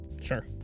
Sure